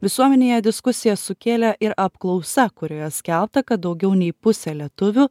visuomenėje diskusijas sukėlė ir apklausa kurioje skelbta kad daugiau nei pusė lietuvių